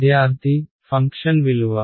విద్యార్థి ఫంక్షన్ విలువ